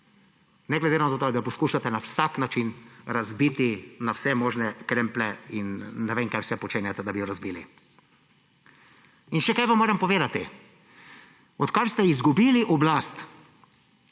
ne glede na to, da poskušate na vsak način razbiti na vse možne kremplje in ne vem, kaj vse počenjate, da bi jo razbili. Še kaj vam moram povedati. Odkar ste izgubili oblast,